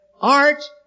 Art